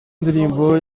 ndirimbo